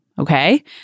Okay